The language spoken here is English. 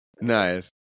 Nice